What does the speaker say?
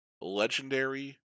legendary